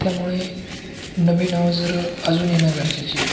त्यामुळे नवीन अवजारं अजून येणं गरजेची आहे